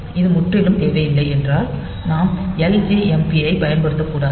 இது முற்றிலும் தேவையில்லை என்றால் நாம் ljmp ஐப் பயன்படுத்தக்கூடாது